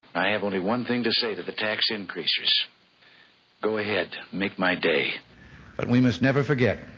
i have only one thing to say to the tax increasers go ahead, make my day. but we must never forget